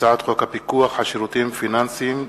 הצעת חוק הפיקוח על שירותים פיננסיים (ביטוח)